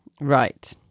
right